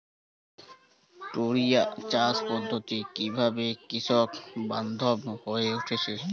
টোরিয়া চাষ পদ্ধতি কিভাবে কৃষকবান্ধব হয়ে উঠেছে?